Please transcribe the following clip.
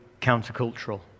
countercultural